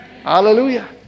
Hallelujah